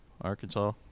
Arkansas